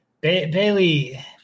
Bailey